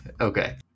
Okay